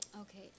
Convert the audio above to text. Okay